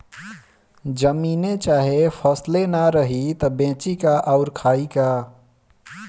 जमीने चाहे फसले ना रही त बेची का अउर खाई का